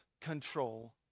control